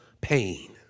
pain